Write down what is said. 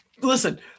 listen